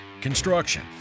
construction